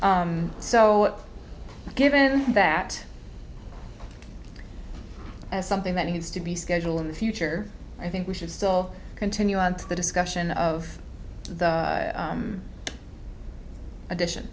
so given that as something that needs to be scheduled in the future i think we should still continue on to the discussion of the addition